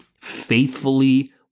faithfully